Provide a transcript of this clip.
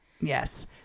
Yes